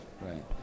Right